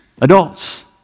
adults